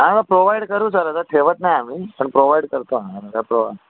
हां प्रोव्हाइड करू सर असं ठेवत नाही आम्ही पण प्रोव्हाइड करतो आ काय प्रो